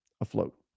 afloat